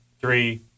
Three